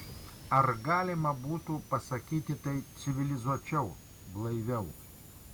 ar galima būtų pasakyti tai civilizuočiau blaiviau